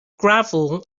gravel